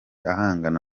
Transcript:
ahangana